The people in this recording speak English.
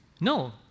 No